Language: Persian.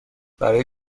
برای